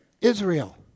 Israel